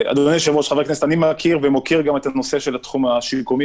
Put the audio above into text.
אני מכיר ומוקיר את התחום השיקומי,